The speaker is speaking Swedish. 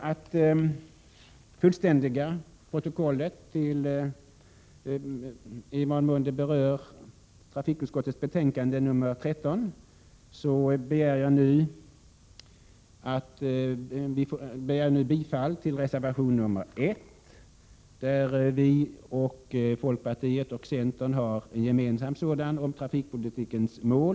betänkande 13 skall jag ta upp de reservationer där vi har deltagit. I reservation 1 har vi tillsammans med folkpartiet och centern tagit upp trafikpolitikens mål.